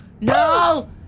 No